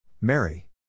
Mary